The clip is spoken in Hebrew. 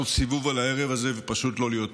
סיבוב על הערב הזה ופשוט לא להיות פה.